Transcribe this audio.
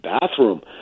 bathroom